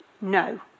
No